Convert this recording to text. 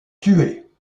tuer